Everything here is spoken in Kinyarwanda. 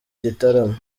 gitaramo